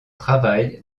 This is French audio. travail